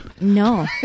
No